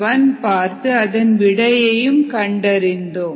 1 பார்த்து அதன் விடையையும் கண்டறிந்தோம்